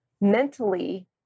mentally